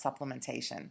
supplementation